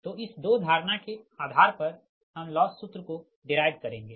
तो इस दो धारणा के आधार पर हम लॉस सूत्र को डेराइव करेंगे